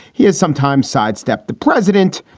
he has sometimes sidestepped the president,